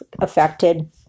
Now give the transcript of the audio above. affected